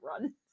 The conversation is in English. run